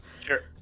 Sure